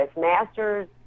master's